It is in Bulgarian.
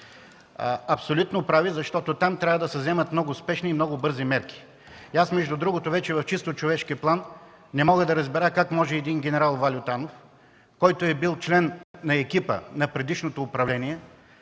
Абсолютно прави, защото там трябва да се вземат много спешни и много бързи мерки. И аз между другото вече в чисто човешки план не мога да разбера ¬– един генерал Ваньо Танов, който е бил член на екипа на предишното управление,